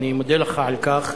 ואני מודה לך על כך,